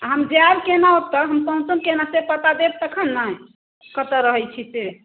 आ हम जायब केना ओतय हम पहुँचब केना से पता देब तखन ने कतय रहैत छी से